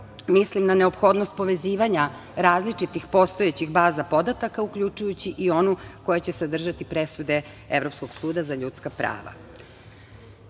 mislim na neophodnost povezivanja različitih postojećih baza podataka, uključujući i onu koja će sadržati presude Evropskog suda za ljudska prava. Osim